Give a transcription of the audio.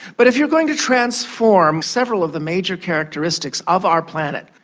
but if you're going to transform several of the major characteristics of our planet,